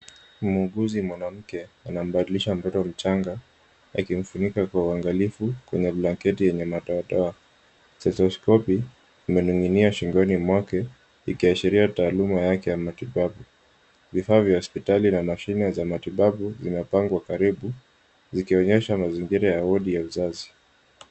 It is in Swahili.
Muuguzi mwanamke anambadilisha mtoto mchanga akimfunika kwa uangalifu. Kuna blanketi yenye madoadoa. Stethoskopu imening'inia shingoni mwake ikiashiria taaluma yake ya matibabu. Vifaa vya hospitali na mashine vya matibabu vinapangwa karibu ikionyesha mazingira ya wodi ya uzazi.